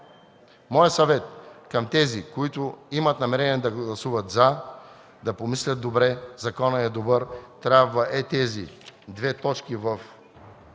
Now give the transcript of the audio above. Моят съвет към тези, които имат намерение да гласуват „за”, да помислят добре – законът е добър, трябва в тези две точки в чл.